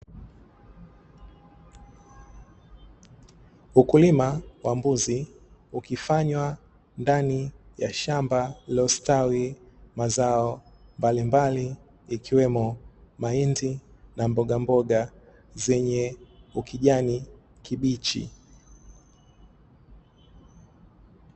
Ukulima wa mbuzi ukifanywa ndani ya shamba la ustawi mazao mbalimbali, ikiwemo mahindi na mbogamboga zenye ukijani kibichi.